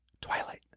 Twilight